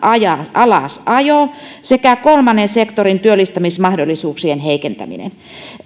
alasajo sekä kolmannen sektorin työllistämismahdollisuuksien heikentäminen